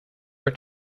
are